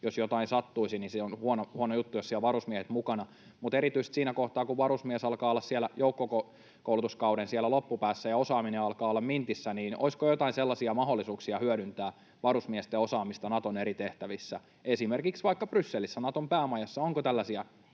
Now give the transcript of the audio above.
jos jotain sattuisi, se on huono juttu, jos siellä varusmiehet ovat mukana, mutta erityisesti siinä kohtaa, kun varusmies alkaa olla siellä joukkokoulutuskauden loppupäässä ja osaaminen alkaa olla mintissä, niin olisiko joitain sellaisia mahdollisuuksia hyödyntää varusmiesten osaamista Naton eri tehtävissä, esimerkiksi vaikka Brysselissä, Naton päämajassa? Onko tällaisia